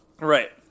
Right